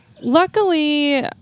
Luckily